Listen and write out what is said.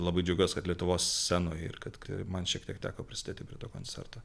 labai džiaugiuos kad lietuvos scenoj ir kad man šiek tiek teko prisidėti prie to koncerto